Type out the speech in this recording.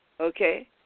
Okay